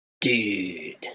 dude